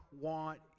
want